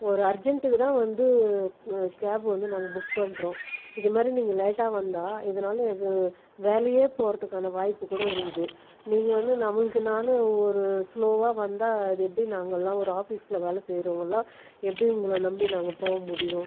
ஒரு அர்ஜெண்ட்க்குதான் வந்து கேப் வந்து நாங்கள் புக் பண்ணுறோம் இது மாதிரி நீங்கள் லேட்டாக வந்தால் இதனால் அது வேலையே போகிறதுக்கான வாய்ப்பு கூட இருக்குது நீங்கள் வந்து நம்மளுக்கு என்னான்னு ஒரு ஸ்லோவாக வந்தால் அது எப்படி நாங்கெலாம் ஆஃபீஸில் வேலை செய்கிறவங்களாம் எப்படி உங்களை நம்பி நாங்கள் போக முடியும்